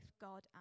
God